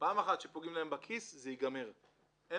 פעם אחת שפוגעים להם בכיס, אין ייפסק.